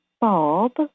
Bob